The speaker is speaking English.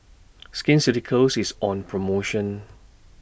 Skin Ceuticals IS on promotion